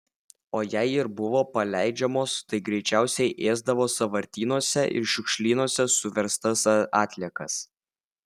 o jei ir buvo paleidžiamos tai greičiausiai ėsdavo sąvartynuose ir šiukšlynuose suverstas atliekas